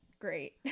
great